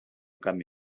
canvi